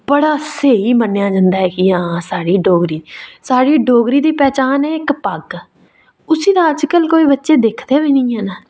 बड़ा स्हेई मन्नेआ जंदा ऐ जि'यां साढ़ी डोगरी साढ़ी डोगरी दी पन्छान ऐ इक पग्ग उसी ते अजकल कोई बच्चे दिखदे बी नेईं हैन